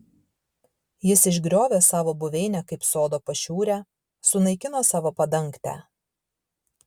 jis išgriovė savo buveinę kaip sodo pašiūrę sunaikino savo padangtę